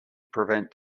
prevent